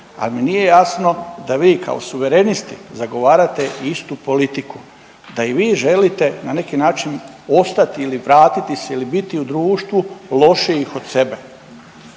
al mi nije jasno da vi kao suverenisti zagovarate istu politiku da i vi želite na neki način ostati ili vratiti se ili biti u društvu lošijih od sebe.